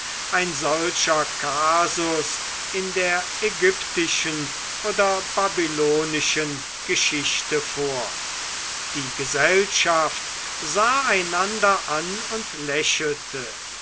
ein solcher kasus in der ägyptischen oder babylonischen geschichte vor die gesellschaft sah einander an und lächelte